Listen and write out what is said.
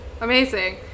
amazing